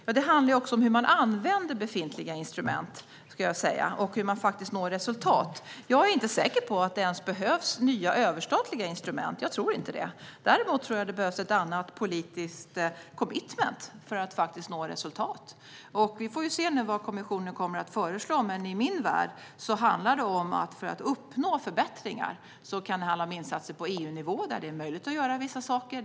Ja, det handlar också om hur man använder befintliga instrument, skulle jag säga, och hur man faktiskt når resultat. Jag är inte säker på att det ens behövs nya överstatliga instrument - jag tror inte det. Däremot tror jag att det behövs ett annat politiskt commitment för att man faktiskt ska nå resultat. Vi får nu se vad kommissionen kommer att föreslå, men i min värld är det så här: När det gäller att uppnå förbättringar kan det handla om insatser på EU-nivå, där det är möjligt att göra vissa saker.